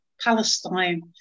Palestine